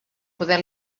poder